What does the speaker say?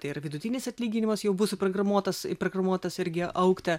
tai yra vidutinis atlyginimas jau buvo suprogramuotas programuotas irgi augti